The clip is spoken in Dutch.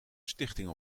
stichting